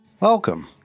Welcome